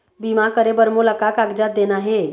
बीमा करे बर मोला का कागजात देना हे?